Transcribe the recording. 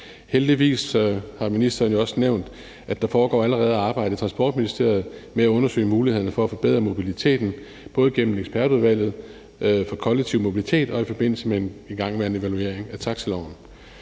Heldigvis har ministeren jo også nævnt, at der allerede foregår et arbejde i Transportministeriet med at undersøge mulighederne for at forbedre mobiliteten, både gennem ekspertudvalget for kollektiv mobilitet og i forbindelse med en igangværende renovering af taxiloven.